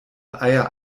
eier